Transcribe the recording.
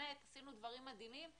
באמת עשינו דברים מדהימים,